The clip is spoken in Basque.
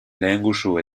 lehengusu